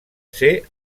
ser